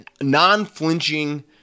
non-flinching